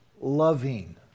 loving